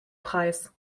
preis